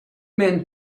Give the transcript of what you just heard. men